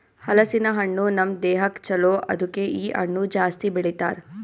ಹಲಸಿನ ಹಣ್ಣು ನಮ್ ದೇಹಕ್ ಛಲೋ ಅದುಕೆ ಇ ಹಣ್ಣು ಜಾಸ್ತಿ ಬೆಳಿತಾರ್